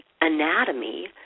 anatomy